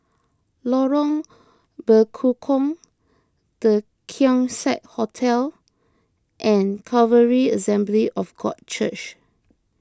Lorong Bekukong the Keong Saik Hotel and Calvary Assembly of God Church